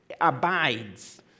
abides